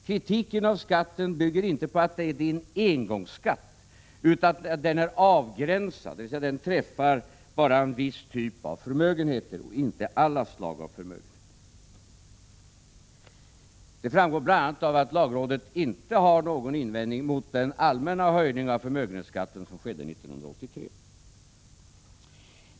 Kritiken av skatten bygger inte på att det är en engångsskatt utan på att den är avgränsad, dvs. träffar endast en viss typ av förmögenheter och inte alla slag av förmögenheter. Det framgår bl.a. av att lagrådet inte hade någon invändning mot den allmänna höjning av förmögenhetsskatten som skedde 1983.